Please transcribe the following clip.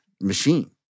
machine